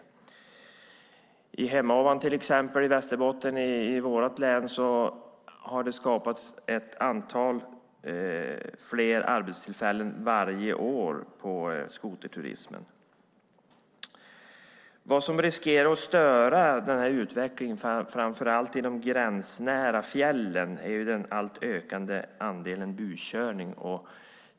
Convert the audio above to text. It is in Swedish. Till exempel i Hemavan i Västerbotten, mitt län, har ett antal fler arbetstillfällen varje år skapats genom skoterturismen. Vad som dock riskerar att störa denna utveckling, framför allt i de gränsnära fjällen, är den ökande buskörningen.